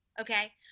Okay